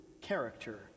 character